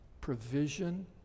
provision